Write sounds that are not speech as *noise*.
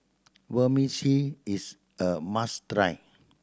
*unintelligible* is a must try